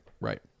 Right